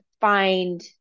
find